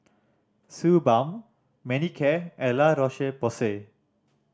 Suu Balm Manicare and La Roche Porsay